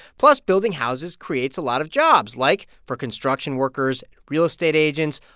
plus, building houses creates a lot of jobs like for construction workers, real estate agents,